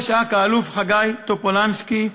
ראש אכ"א, אלוף חגי טופולנסקי,